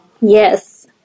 Yes